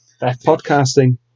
Podcasting